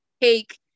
take